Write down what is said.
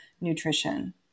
nutrition